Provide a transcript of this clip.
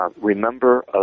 Remember